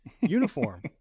uniform